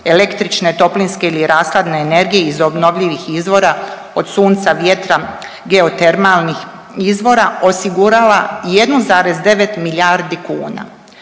električne, toplinske ili rashladne energije iz obnovljivih izvora od sunca, vjetra, geotermalnih izvora, osigurala 1,9 milijardi kuna